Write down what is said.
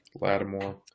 Lattimore